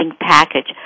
package